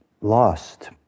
lost